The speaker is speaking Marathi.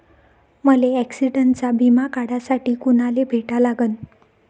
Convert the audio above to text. मले ॲक्सिडंटचा बिमा काढासाठी कुनाले भेटा लागन?